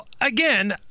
again